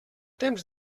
temps